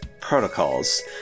protocols